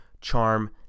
Charm